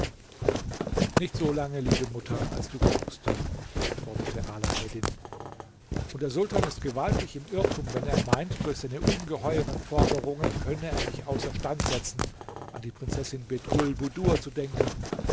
nicht solange liebe mutter als du glaubst antwortete alaeddin und der sultan ist gewaltig im irrtum wenn er meint durch seine ungeheuren forderungen könne er mich außerstand setzen an die prinzessin bedrulbudur zu denken